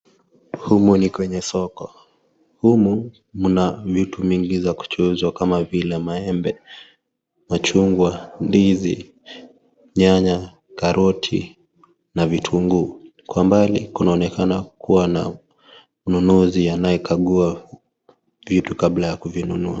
Humu ni kwenye soko, humu mna vitu mingi za kuchuuzwa kama vile maembe, machungwa, ndizi, nyanya, karoti, na vitunguu. Kwa mbali kunaonekana kuwa na mnunuzi anayekagua vitu kabla ya kuvinunua.